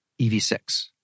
EV6